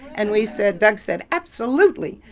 and we said, doug said, absolutely.